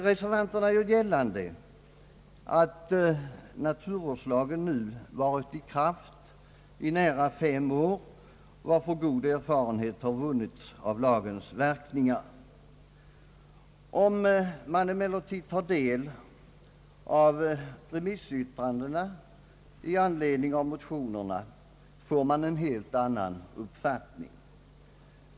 Reservanterna gör gällande att naturvårdslagen nu varit i kraft i nära fem år, varför god erfarenhet har vunnits av lagens verkningar. Om vi emellertid tar del av remissyttrandena i anledning av motionerna, får vi en helt annan uppfattning.